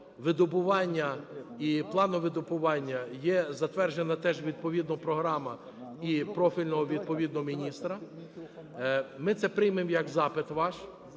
видобування і плану видобування, є затверджена теж відповідна програма і профільного відповідно міністра. Ми це приймемо як запит ваш.